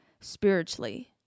spiritually